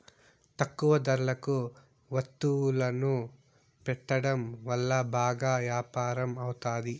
తక్కువ ధరలకు వత్తువులను పెట్టడం వల్ల బాగా యాపారం అవుతాది